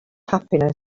happiness